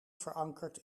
verankerd